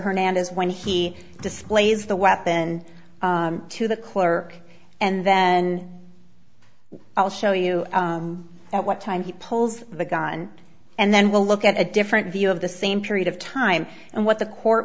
hernandez when he displays the weapon to the clerk and then i'll show you at what time he pulls the gun and then we'll look at a different view of the same period of time and what the court